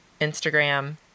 Instagram